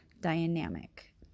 dynamic